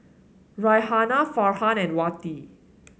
Raihana Farhan and Wati